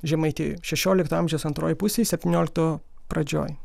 žemaitijoj šešiolikto amžiaus antrojoj pusėj septyniolikto pradžioj